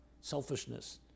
selfishness